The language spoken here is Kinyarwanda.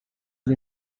ari